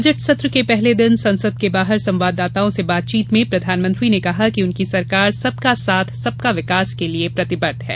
budget सत्र के पहले दिन संसद के बाहर संवाददाताओं से बातचीत में प्रधानमंत्री ने कहा कि उनकी सरकार सबका साथ सबका विकास के लिये प्रतिबद्ध है